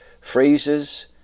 phrases